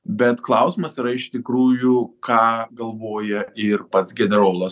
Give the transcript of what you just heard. bet klausimas yra iš tikrųjų ką galvoja ir pats generolas